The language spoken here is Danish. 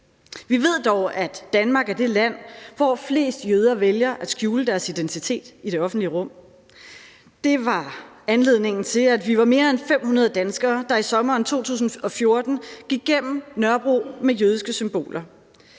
Vi ved dog, at Danmark er det land, hvor flest jøder vælger at skjule deres identitet i det offentlige rum. Det var anledningen til, at vi var mere end 500 danskere, der i sommeren 2014 gik gennem Nørrebro med jødiske symboler.